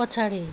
पछाडि